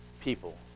people